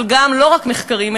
אבל לא רק מחקרים,